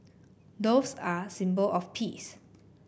doves are a symbol of peace